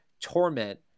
torment